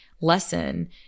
lesson